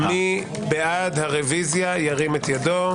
מי בעד הרביזיה ירים את ידו.